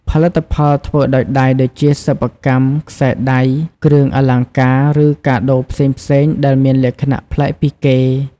ផលិតផលធ្វើដោយដៃដូចជាសិប្បកម្ម ខ្សែដៃ គ្រឿងអលង្ការ ឬកាដូផ្សេងៗដែលមានលក្ខណៈប្លែកពីគេ។